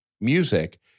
music